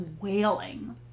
wailing